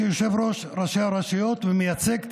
כיושב-ראש ראשי הרשויות וכמייצג את